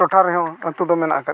ᱴᱚᱴᱷᱟ ᱨᱮᱦᱚᱸ ᱟᱛᱳ ᱫᱚ ᱢᱮᱱᱟᱜ ᱟᱠᱟᱫ ᱜᱮᱭᱟ